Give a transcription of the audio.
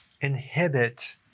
inhibit